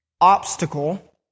obstacle